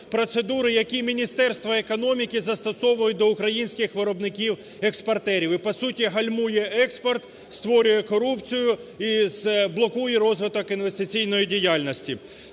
які Міністерство економіки застосовує до українських виробників-експортерів, і, по суті, гальмує експорт, створює корупцію і блокує розвиток інвестиційної діяльності.